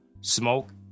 smoke